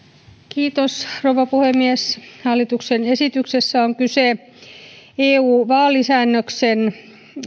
rouva puhemies hallituksen esityksessä on kyse eu vaalisäädöksen